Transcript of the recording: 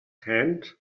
hands